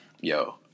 Yo